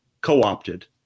co-opted